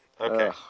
Okay